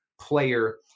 player